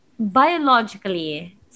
Biologically